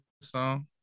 song